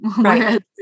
Right